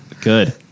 Good